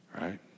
right